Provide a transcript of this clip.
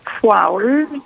flowers